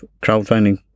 crowdfunding